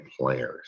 players